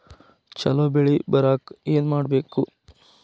ಛಲೋ ಬೆಳಿ ಬರಾಕ ಏನ್ ಮಾಡ್ಬೇಕ್?